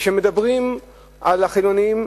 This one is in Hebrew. כשמדברים על החילונים,